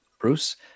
bruce